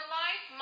life